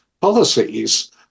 policies